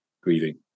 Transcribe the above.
grieving